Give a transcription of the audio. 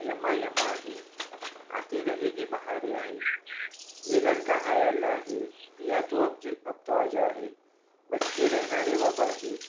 यम्मा यम्मा आहे आती रहेगी बहारें आहे ये लडका हाये अल्ला आहे पिया तू अब जू अब तो आ जा आहे बचके रहना रे बाबा आहे